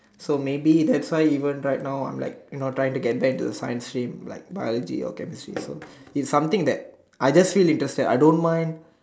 so maybe thats why even right now I'm like you know trying to get back into science stream like biology or chemistry so it's something that I just feel interested I don't mind